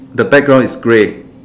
the background is grey